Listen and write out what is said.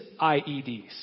IEDs